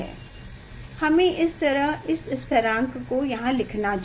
हमें इस तरह इस स्थिरांक को यहां लिखना चाहिए